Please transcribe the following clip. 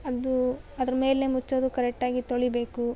ಅದು ಅದ್ರ ಮೇಲೆ ಮುಚ್ಚೋದು ಕರೆಕ್ಟಾಗಿ ತೊಳಿಬೇಕು